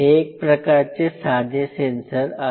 हे एक प्रकारचे साधे सेन्सर आहे